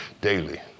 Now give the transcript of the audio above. daily